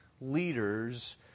leaders